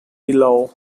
below